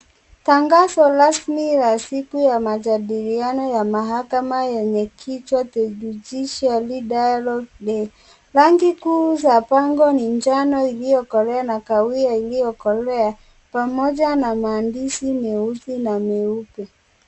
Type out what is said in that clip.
Tangazo rasmi la siku ya majadiliano ya mahakama yenye kichwa the judiciary dialogue day . Rangi kuu za pango ni njano iliyokolea na kahawia iliyokolea pamoja na maandishi meusi na meupe .